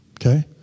okay